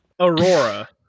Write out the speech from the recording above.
Aurora